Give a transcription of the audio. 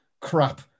crap